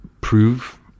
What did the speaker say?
prove